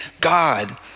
God